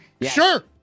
Sure